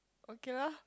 okay loh